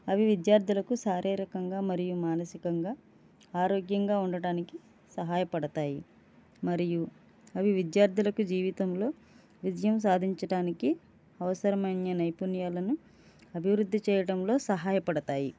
అవి విద్యార్థులకు శారీరకంగా మరియు మానసికంగా ఆరోగ్యంగా ఉండటానికి సహాయపడతాయి మరియు అవి విద్యార్థులకు జీవితంలో విజయం సాధించటానికి అవసరమైన నైపుణ్యాలను అభివృద్ధి చేయడంలో సహాయపడతాయి